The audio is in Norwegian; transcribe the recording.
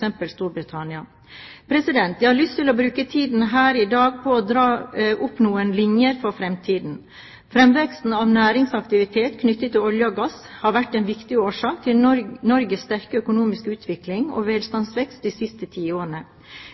f.eks. Storbritannia. Jeg har lyst til å bruke tiden her i dag på å dra opp noen linjer for fremtiden. Fremveksten av næringsaktivitet knyttet til olje og gass har vært en viktig årsak til Norges sterke økonomiske utvikling og velstandsvekst de siste